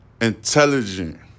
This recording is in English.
intelligent